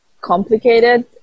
complicated